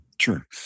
Sure